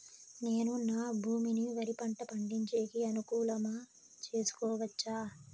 నేను నా భూమిని వరి పంట పండించేకి అనుకూలమా చేసుకోవచ్చా?